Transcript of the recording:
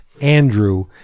Andrew